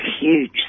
huge